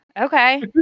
Okay